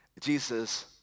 Jesus